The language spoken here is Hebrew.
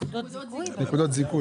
נקודות זיכוי